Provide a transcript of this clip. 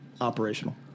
operational